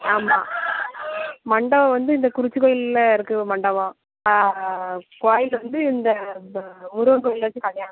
ஆமாம் மண்டபம் வந்து இந்த குறிச்சி கோயிலில் இருக்கிற மண்டபம் கோயில் வந்து இந்த இந்த முருகன் கோயிலில் வெச்சு கல்யாணம்